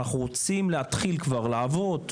אנחנו רוצים להתחיל כבר לעבוד,